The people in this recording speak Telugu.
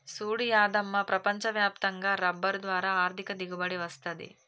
సూడు యాదమ్మ ప్రపంచ వ్యాప్తంగా రబ్బరు ద్వారా ఆర్ధిక దిగుబడి వస్తది